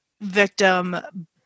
victim